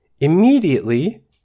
Immediately